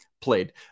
played